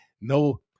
No